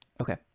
Okay